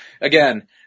again